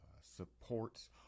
supports